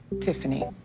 tiffany